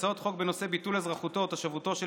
הצעות חוק בנושא ביטול אזרחותו או תושבותו של